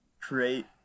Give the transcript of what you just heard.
create